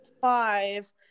five